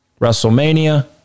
WrestleMania